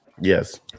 Yes